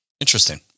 interesting